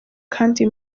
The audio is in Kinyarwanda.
kandi